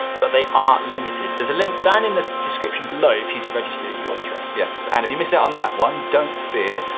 but they are limited. there's a link down in the description below, for you to register your interest. yes, and if you miss out on that one, don't fear,